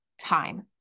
time